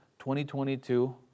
2022